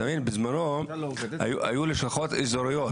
בזמנו היו לשכות אזוריות,